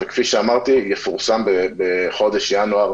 וכפי שאמרתי יפורסם בחודש ינואר 2021,